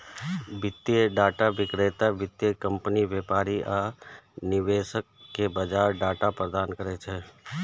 वित्तीय डाटा विक्रेता वित्तीय कंपनी, व्यापारी आ निवेशक कें बाजार डाटा प्रदान करै छै